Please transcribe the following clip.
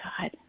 God